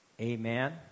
Amen